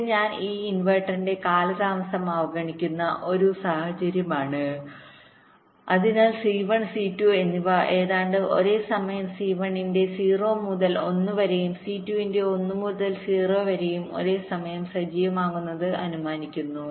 ഇത് ഞാൻ ഈ ഇൻവെർട്ടറിന്റെ കാലതാമസം അവഗണിക്കുന്ന ഒരു സാഹചര്യമാണ് അതിനാൽ C1 C2 എന്നിവ ഏതാണ്ട് ഒരേ സമയം C1 ന്റെ 0 മുതൽ 1 വരെയും C2 ന്റെ 1 മുതൽ 0 വരെയും ഒരേസമയം സജീവമാകുമെന്ന് ഞാൻ അനുമാനിക്കുന്നു